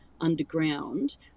underground